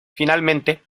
finalmente